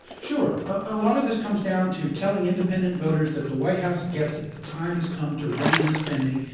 sure. a lot of this comes down to telling independent voters that the white house gets it. the time has come to rein in spending,